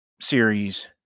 series